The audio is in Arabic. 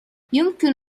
يمكن